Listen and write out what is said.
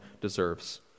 deserves